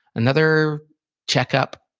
another checkup.